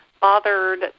bothered